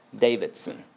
Davidson